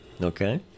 Okay